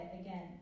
again